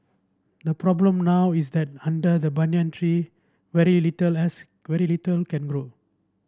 the problem now is that under the banyan tree very little else very little can grow